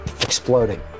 exploding